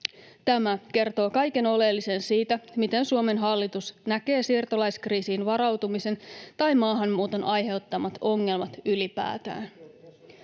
Tämä kertoo kaiken oleellisen siitä, miten Suomen hallitus näkee siirtolaiskriisiin varautumisen tai maahanmuuton aiheuttamat ongelmat ylipäätään.